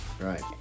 Right